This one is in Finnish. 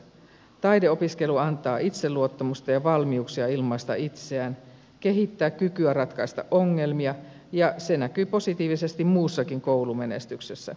taideopiskelu antaa itseluottamusta ja valmiuksia ilmaista itseään kehittää kykyä ratkaista ongelmia ja se näkyy positiivisesti muussakin koulumenestyksessä